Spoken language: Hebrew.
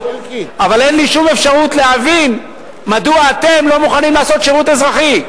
אבל אין לי שום אפשרות להבין מדוע אתם לא מוכנים לעשות שירות אזרחי,